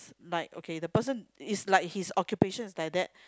like okay the person its like his occupation is like that